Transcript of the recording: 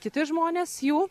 kiti žmonės jų